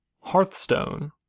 Hearthstone